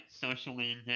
socially